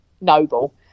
noble